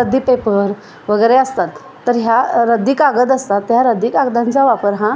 रद्दी पेपर वगरे असतात तर ह्या रद्दी कागद असतात तर रद्दी कागदांचा वापर हा